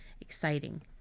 exciting